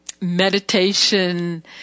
meditation